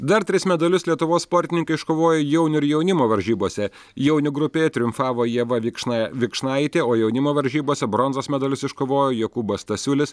dar tris medalius lietuvos sportininkai iškovojo jaunių ir jaunimo varžybose jaunių grupėje triumfavo ieva vikšna vinkšnaitė o jaunimo varžybose bronzos medalius iškovojo jokūbas stasiulis